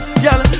girl